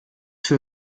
für